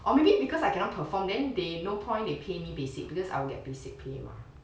or maybe because I cannot perform then they no point they pay me basic because I'll get basic pay mah